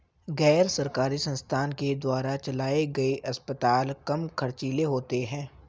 गैर सरकारी संस्थान के द्वारा चलाये गए अस्पताल कम ख़र्चीले होते हैं